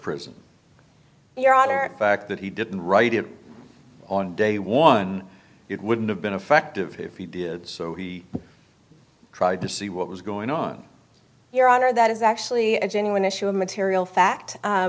honor fact that he didn't write it on day one it wouldn't have been effective if he did so he tried to see what was going on your honor that is actually a genuine issue a material fact